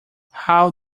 how